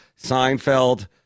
Seinfeld